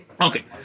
Okay